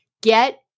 get